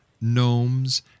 gnomes